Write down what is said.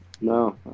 No